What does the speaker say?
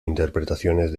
interpretaciones